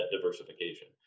diversification